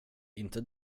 inte